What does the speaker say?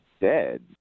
dead